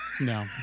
No